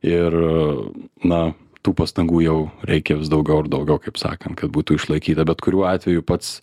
ir na tų pastangų jau reikia vis daugiau ir daugiau kaip sakant kad būtų išlaikyta bet kuriuo atveju pats